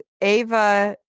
Ava